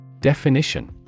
definition